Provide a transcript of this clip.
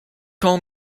call